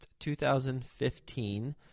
2015